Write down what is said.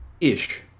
ish